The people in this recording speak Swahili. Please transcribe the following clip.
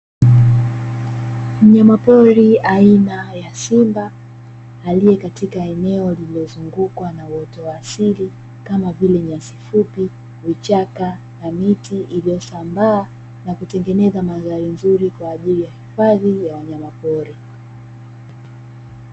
Mnyama pori, aina ya simba, aliye katika eneo lililozungukwa na uoto wa asili, kama vile nyasi fupi, vichaka, na miti iliyosambaa na kutengeneza mandhari nzuri kwa ajili ya hifadhi ya wanyama pori.